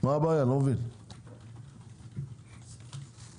אני לא מבין מה הבעיה.